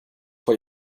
vor